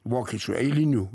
vokiečių eilinių